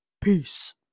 Peace